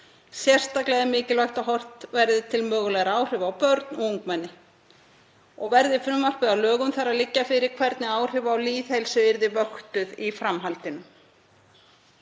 Sérstaklega er mikilvægt að horft verði til mögulegra áhrifa á börn og ungmenni. Verði frumvarpið að lögum þarf að liggja fyrir hvernig áhrif á lýðheilsu yrðu vöktuð í framhaldinu.